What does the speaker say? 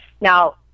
Now